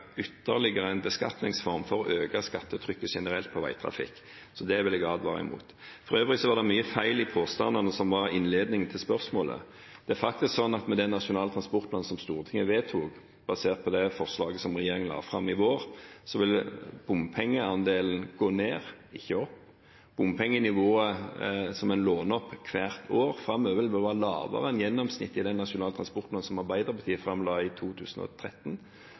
ytterligere en beskatningsform for å øke skattetrykket på veitrafikk generelt. Det vil jeg advare mot. For øvrig var det mye feil i påstandene i innledningen til spørsmålet. Det er faktisk sånn at med denne nasjonale transportplanen som Stortinget vedtok, basert på forslaget som regjeringen la fram i vår, vil bompengeandelen gå ned, ikke opp, og bompengenivået som en låner opp hvert år framover, vil være lavere enn gjennomsnittet i den nasjonale transportplanen som Arbeiderpartiet la fram i 2013.